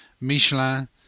Michelin